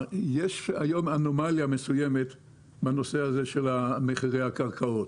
יש היום אנומליה מסוימת בנושא מחירי הקרקעות.